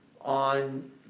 on